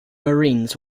marines